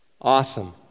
Awesome